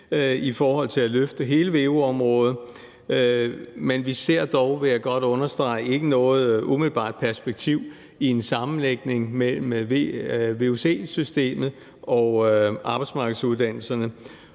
i forhold til at løfte hele veu-området, men vi ser dog, vil jeg godt understrege, ikke noget umiddelbart perspektiv i en sammenlægning af vuc-systemet og arbejdsmarkedsuddannelserne.